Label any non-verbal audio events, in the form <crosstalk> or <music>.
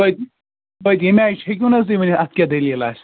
<unintelligible> پَتہٕ ییٚمہِ آیہِ ہٮ۪کِو نہٕ حظ تُہۍ ؤنِتھ اَتھ کیٛاہ دٔلیٖلہ آسہِ